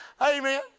Amen